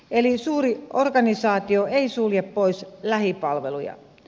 eli suuri organisaatio ei sulje pois lähipalveluja